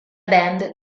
band